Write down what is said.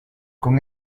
con